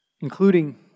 including